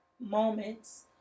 moments